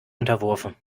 unterworfen